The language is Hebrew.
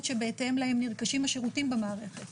שבהתאם להם נרכשים השירותים במערכת.